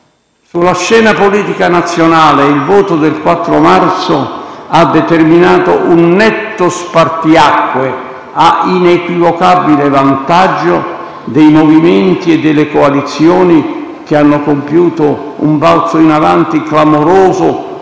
Sulla scena politica nazionale il voto del 4 marzo ha determinato un netto spartiacque a inequivocabile vantaggio dei movimenti e delle coalizioni che hanno compiuto un balzo in avanti clamoroso